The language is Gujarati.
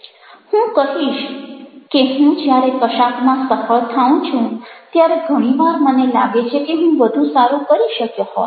હું કહીશ કે હું જ્યારે કશાકમાં સફળ થાઉં છું ત્યારે ઘણી વાર મને લાગે છે કે હું વધુ સારું કરી શક્યો હોત